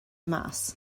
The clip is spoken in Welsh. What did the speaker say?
mas